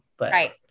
Right